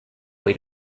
way